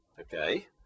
okay